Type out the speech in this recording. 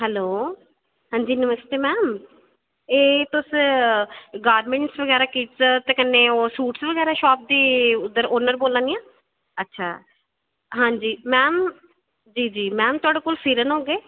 hello अंजी नमस्ते ma'am एह् तुस गार्निंग ते कन्नै एह् सूट्स बगैरा दी शॉप्स बगैरा दी औनर बोल्ला दियां आं जी मैम थुआढ़े कोल फिरन होगे